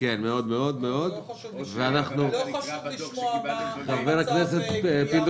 חשוב לשמוע מה מצב הגבייה מהמסים.